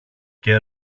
και